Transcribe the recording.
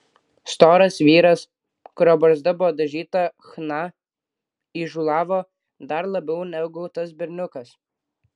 storas vyras kurio barzda buvo dažyta chna įžūlavo dar labiau negu tas berniukas